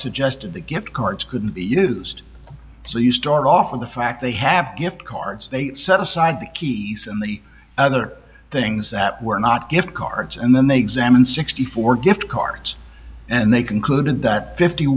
suggested the gift cards couldn't be used so you start off with the fact they have gift cards they set aside the keys and the other things that were not gift cards and then they examined sixty four gift cards and they concluded that fifty